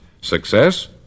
Success